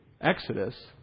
Exodus